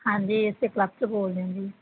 ਹਾਂਜੀ ਅਸੀਂ ਕਲੱਬ ਚੋਂ ਬੋਲਦੇ ਹਾਂ ਜੀ